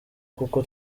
kuko